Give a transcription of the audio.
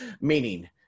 meaning